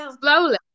slowly